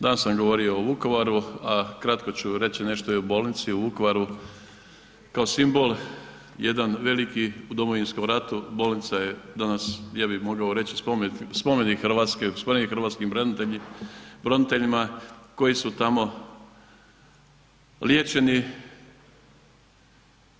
Danas sam govorio o Vukovaru, a kratko ću reći nešto i o Bolnici u Vukovaru kao simbol jedan veliki u Domovinskom ratu, bolnica je danas ja bih mogao reći spomenik Hrvatske, spomenik hrvatskim braniteljima koji su tamo liječeni.